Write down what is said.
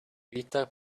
peter